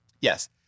yes